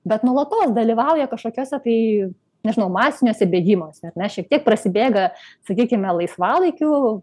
bet nuolatos dalyvauja kažkokiose tai nežinau masiniuose bėgimuose ar ne šiek tiek prasibėga sakykime laisvalaikiu